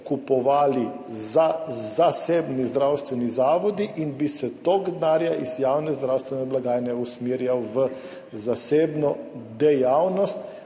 kupovali zasebni zdravstveni zavodi in bi se tok denarja iz javne zdravstvene blagajne usmerjal v zasebno dejavnost,